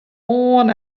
oan